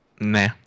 nah